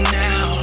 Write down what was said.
now